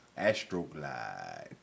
Astroglide